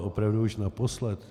Opravdu už naposled.